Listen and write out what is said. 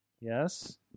Yes